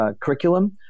curriculum